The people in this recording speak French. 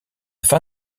fin